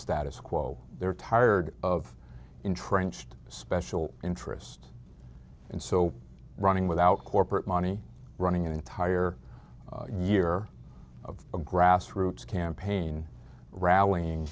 status quo they're tired of entrenched special interest and so running without corporate money running an entire year of a grassroots campaign rallying